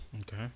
Okay